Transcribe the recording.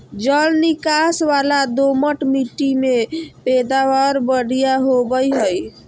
जल निकास वला दोमट मिट्टी में पैदावार बढ़िया होवई हई